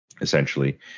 essentially